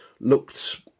looked